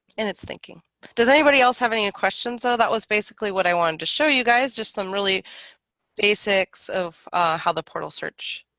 and it's thinking does anybody else have any questions, so ah that was basically what i wanted to show you guys just some really basics of how the portal search